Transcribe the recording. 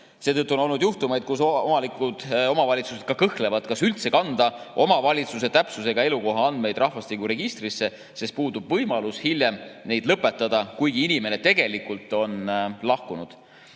Seetõttu on olnud juhtumeid, kus kohalikud omavalitsused kõhklevad, kas üldse kanda omavalitsuse täpsusega elukoha andmeid rahvastikuregistrisse, sest puudub võimalus hiljem nende [kehtivust] lõpetada, kuigi inimene on tegelikult [riigist] lahkunud.